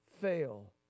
fail